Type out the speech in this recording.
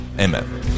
amen